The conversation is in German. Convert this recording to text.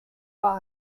war